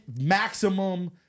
maximum